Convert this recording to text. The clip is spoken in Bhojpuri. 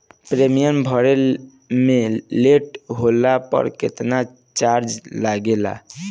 प्रीमियम भरे मे लेट होला पर केतना चार्ज लागेला?